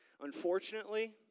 Unfortunately